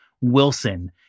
Wilson